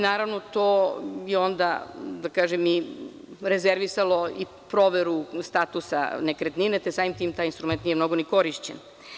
Naravno, to je onda, da kažem, i rezervisalo i proveru statusa nekretnine, te samim tim taj instrument nije mnogo ni korišćen.